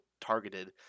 targeted